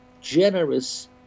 generous